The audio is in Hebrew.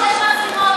טוב שיש מצלמות.